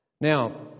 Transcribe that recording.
Now